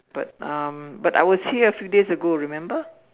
but um but I was there a few days ago remember